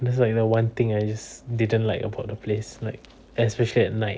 that's like the one thing I just didn't like about the place like especially at night